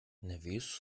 nervös